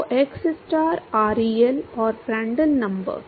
तो xstar ReL और Prandtl number